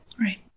Right